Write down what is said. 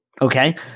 Okay